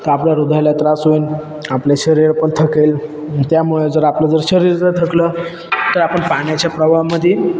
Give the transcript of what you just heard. तर आपल्या हृदयाला त्रास होईल आपले शरीर पण थकेल त्यामुळे जर आपलं जर शरीर जर थकलं तर आपण पाण्याच्या प्रवाहामध्ये